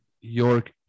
York